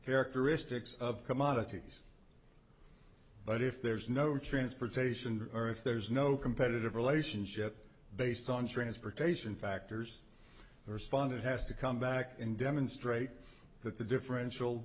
characteristics of commodities but if there's no transportation or if there's no competitive relationship based on transportation factors the responder has to come back and demonstrate that the differential